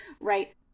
right